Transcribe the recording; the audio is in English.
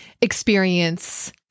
experience